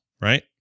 Right